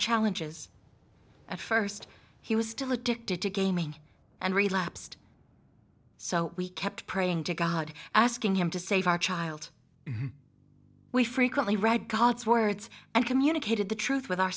challenges at first he was still a dictator gaming and relapsed so we kept praying to god asking him to save our child we frequently read god's words and communicated the truth with our